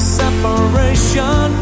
separation